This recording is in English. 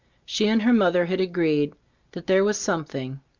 she and her mother had agreed that there was something.